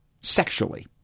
sexually